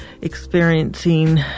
experiencing